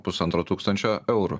pusantro tūkstančio eurų